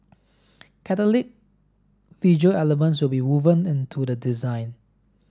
catholic visual elements will be woven into the design